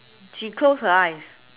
she close her eyes